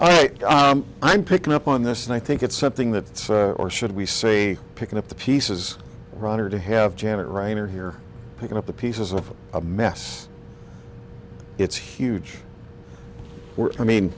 and i'm picking up on this and i think it's something that or should we say picking up the pieces runner to have janet reiner here picking up the pieces of a mess it's huge i mean